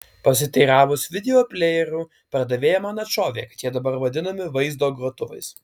pasiteiravus videoplejerių pardavėja man atšovė kad jie dabar vadinami vaizdo grotuvais